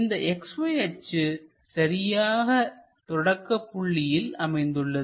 இந்த XY அச்சு சரியாக தொடக்கபுள்ளியில் அமைந்துள்ளது